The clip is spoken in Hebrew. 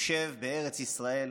יושב בארץ ישראל,